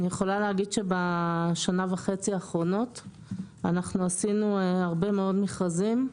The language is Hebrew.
אני יכולה להגיד שבשנה וחצי האחרונות עשינו הרבה מאוד מכרזים.